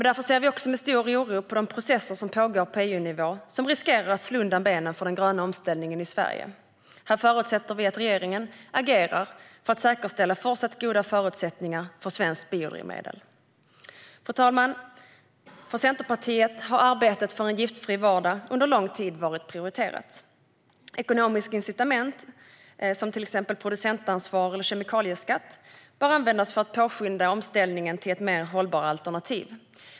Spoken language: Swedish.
Därför ser vi med stor oro på de processer som pågår på EU-nivå, som riskerar att slå undan benen för den gröna omställningen i Sverige. Vi förutsätter att regeringen agerar för att säkerställa att förutsättningarna för svenskt biodrivmedel även fortsättningsvis ska vara goda. Fru talman! För Centerpartiet har arbetet för en giftfri vardag under lång tid varit prioriterat. Ekonomiska incitament såsom producentansvar och kemikalieskatt bör användas för att påskynda omställningen till mer hållbara alternativ.